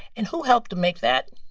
and who helped to make that?